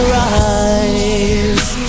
rise